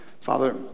Father